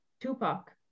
Tupac